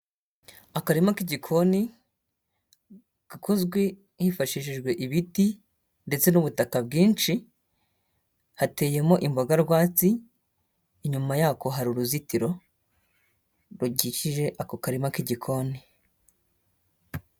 Akarima k'igikoni gakozwe hifashishijwe ibiti ndetse n'ubutaka bwinshi, hateyemo imboga rwatsi, inyuma yako hari uruzitiro rukikije ako karima k'igikoni.